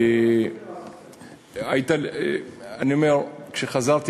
אני אומר, כשחזרתי